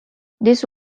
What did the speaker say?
this